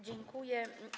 Dziękuję.